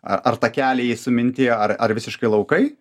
ar ar takeliai suminti ar ar visiškai laukai